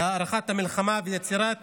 להארכת המלחמה ויצירת